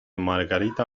margarita